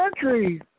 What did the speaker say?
country